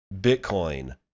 Bitcoin